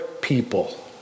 people